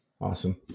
Awesome